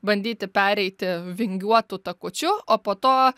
bandyti pereiti vingiuotu takučiu o po to